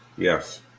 Yes